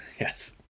yes